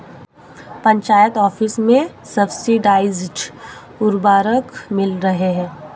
panchayat office में subsidised उर्वरक मिल रहे हैं